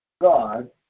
God